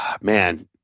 Man